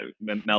mel